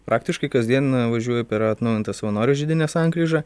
praktiškai kasdien važiuoju per atnaujintą savanorių žiedinę sankryžą